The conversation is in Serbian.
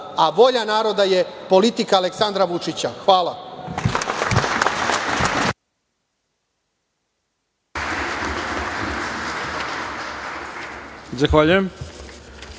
a volja naroda je politika Aleksandra Vučića. Hvala.